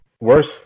Worse